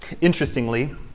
Interestingly